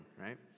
right